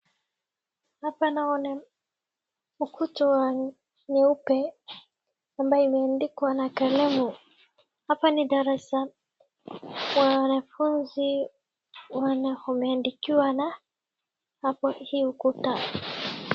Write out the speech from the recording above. Hapa naona ukuta nyeupe ambayo imendikwa na kalamu. Hapa ni darasa. Wanafunzi wameandikiwa na hii ukuta.